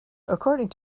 according